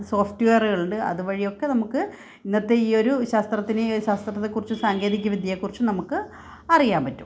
സോഫ്റ്റ്വെയറുകൾ ഉണ്ട് അതുവഴിയൊക്കെ നമുക്ക് ഇന്നത്തെ ഈ ഒരു ശാസ്ത്രത്തിന് ശാസ്ത്രത്തെക്കുറിച്ചും സാങ്കേതിക വിദ്യയെകുറിച്ചും നമുക്ക് അറിയാൻ പറ്റും